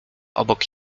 obok